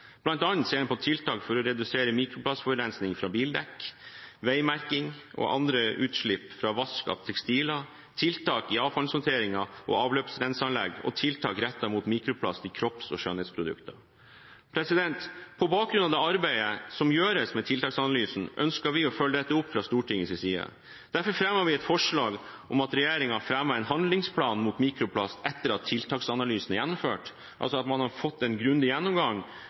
ser en på tiltak for å redusere mikroplastforurensning fra bildekk, veimerking, utslipp fra vask av tekstiler, tiltak i avfallshåndteringen og avløpsrenseanlegg og tiltak rettet mot mikroplast i kropps- og skjønnhetsprodukter. På bakgrunn av det arbeidet som gjøres med tiltaksanalysen, ønsker vi å følge dette opp fra Stortingets side. Derfor fremmer vi et forslag om at regjeringen fremmer en handlingsplan mot mikroplast etter at tiltaksanalysen er gjennomført, altså at man får en grundig gjennomgang